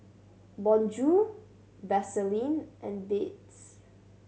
Bonjour Vaseline and Beats